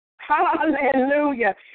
Hallelujah